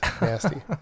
Nasty